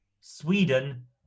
Sweden